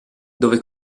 dove